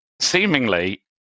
seemingly